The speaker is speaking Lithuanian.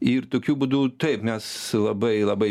ir tokiu būdu taip mes labai labai